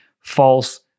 false